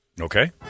Okay